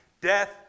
Death